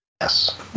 yes